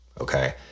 okay